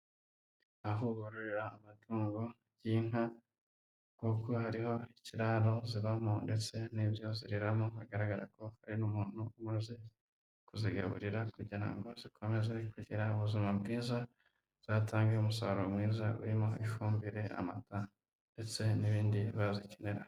Aho bororera amatungo y'inka, kuko hariho ikiraro zibamo ndetse n'ibyo ziramo, bigaragara ko hari n'umuntu umaze kuzigaburira, kugira ngo zikomeze kugira ubuzima bwiza, zizatange umusaruro mwiza urimo: ifumbire, amata, ndetse n'ibindi bazikeneraho.